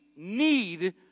need